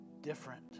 different